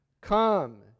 Come